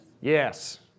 Yes